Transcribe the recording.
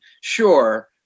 sure